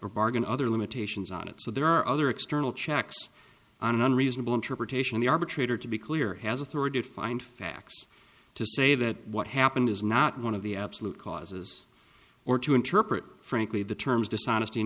or bargain other limitations on it so there are other external checks on unreasonable interpretation the arbitrator to be clear has authority to find facts to say that what happened is not one of the absolute causes or to interpret frankly the terms dishonesty